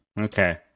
okay